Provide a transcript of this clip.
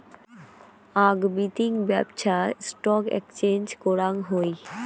আক বিতিং ব্যপছা স্টক এক্সচেঞ্জ করাং হই